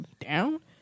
down